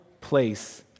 place